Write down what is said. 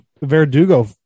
verdugo